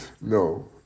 No